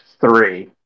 three